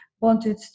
Wanted